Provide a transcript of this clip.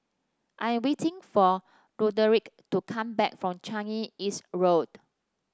I am waiting for Roderick to come back from Changi East Road